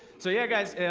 so yeah guys